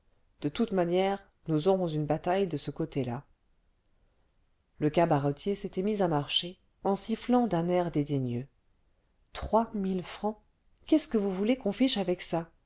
de toute manière nous aurons une bataille de ce côté-là le cabaretier s'était mis à marcher en sifflant d'un air dédaigneux trois mille francs qu'est-ce que vous voulez qu'on fiche avec ça